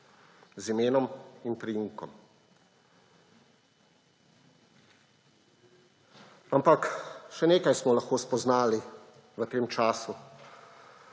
z imenom in priimkom. Ampak še nekaj smo lahko spoznali v tem času.